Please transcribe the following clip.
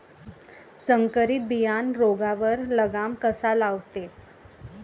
संकरीत बियानं रोगावर लगाम कसा लावते?